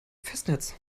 festnetz